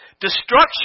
Destruction